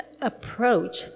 approach